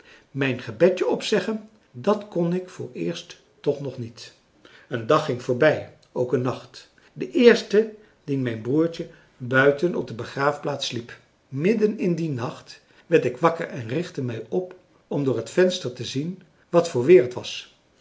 mijn gebedje opzeggen dat kon ik vooreerst toch nog niet een dag ging voorbij ook een nacht de eerste dien mijn broertje buiten op de begraafplaats sliep midden in dien nacht werd ik wakker en richtte mij op om door het venster te zien wat voor weer het was